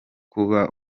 kuba